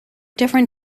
different